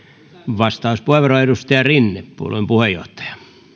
vastauspuheenvuoro edustaja rinne puolueen puheenjohtaja